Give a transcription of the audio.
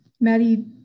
Maddie